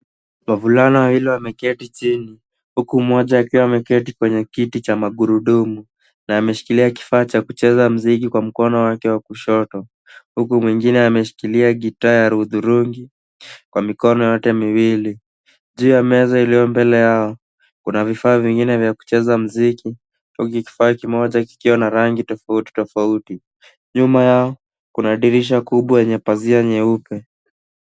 Wavulana wawili wameketi chini huku mmoja akiwa ameketi kwenye kiti cha magurudumu na ameshikilia kifaa cha kucheza mziki kwa mkono wake wa kushoto huku mwengine ameshikilia guitar ya hudhurungi kwa mikono yake miwili. Juu ya meza iliyo mbele yao kuna vifaa vingine vya kucheza mziki huku kifaa kimoja kikiwa na rangi tofauti tofauti. Nyuma yao kuna dirisha kubwa yenye pazia nyeupe.